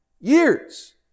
years